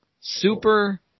super